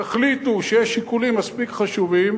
יחליטו שיש שיקולים מספיק חשובים,